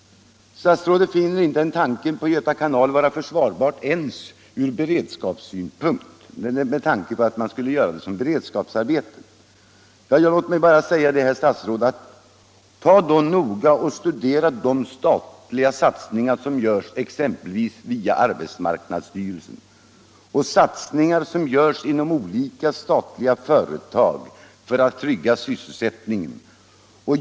Statsrådet finner inte en utbyggnad av Göta kanal försvarbar, ens som beredskapsarbete. Låt mig bara säga, herr statsråd: Studera noga de statliga satsningar som görs exempelvis via arbetsmarknadsstyrelsen och satsningar som görs inom olika statliga företag för att trygga sysselsättningen.